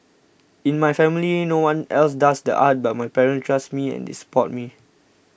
in my family in no one else does the arts but my parents trust me and they support me